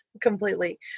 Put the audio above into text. Completely